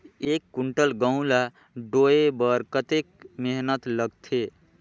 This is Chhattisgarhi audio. एक कुंटल गहूं ला ढोए बर कतेक मेहनत लगथे?